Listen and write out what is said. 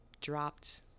dropped